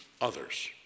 others